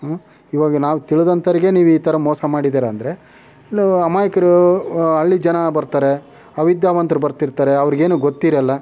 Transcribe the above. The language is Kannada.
ಹ್ಞೂ ಇವಾಗ ನಾವು ತಿಳಿದಂತವರಿಗೆ ನೀವು ಈ ಥರ ಮೋಸ ಮಾಡಿದೀರ ಅಂದರೆ ಇನ್ನು ಅಮಾಯಕರು ಹಳ್ಳಿ ಜನ ಬರ್ತಾರೆ ಅವಿದ್ಯಾವಂತ್ರು ಬರ್ತಿರ್ತಾರೆ ಅವರಿಗೇನು ಗೊತ್ತಿರಲ್ಲ